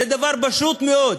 זה דבר פשוט מאוד.